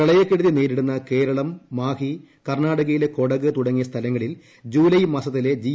പ്രളയക്കെടുതി നേരിടുന്ന കേരളം മാഹി കർണാടകയിലെ കൊടക് തുടങ്ങിയ സ്ഥലങ്ങളിൽ ജൂലൈ മാസത്തിലെ ജി